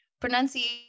Pronunciation